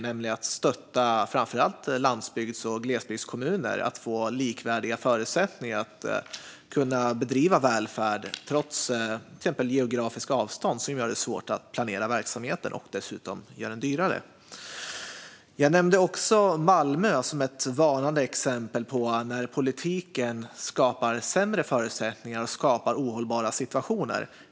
Det handlar om att stötta framför allt landsbygds och glesbygdskommuner så att de får likvärdiga förutsättningar att kunna bedriva välfärd trots till exempel geografiska avstånd som gör det svårt att planera verksamheten och som dessutom gör den dyrare. Jag nämnde också Malmö som ett varnande exempel på när politiken skapar sämre förutsättningar och ohållbara situationer.